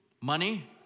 money